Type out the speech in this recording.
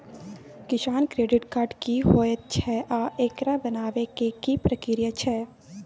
किसान credit card की होयत छै आ एकरा बनाबै के की प्रक्रिया छै?